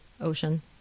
ocean